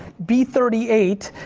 be thirty eight,